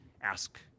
ask